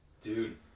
Dude